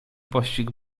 pościg